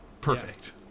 perfect